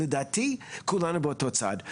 לדעתי, כולנו באותו צד.